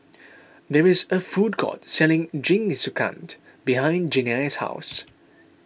there is a food court selling Jingisukan behind Gianni's house